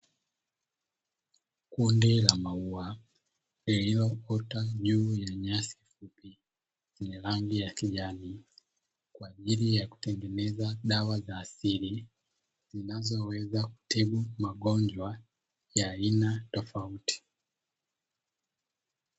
Bonde la maua lililoota juu ya nyasi, yenye rangi ya kijani kwa ajili ya kutengeneza dawa za asili, zinazoweza kutibu magonjwa ya aina tofauti.